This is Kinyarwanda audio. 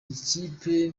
ikipe